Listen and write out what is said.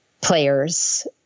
players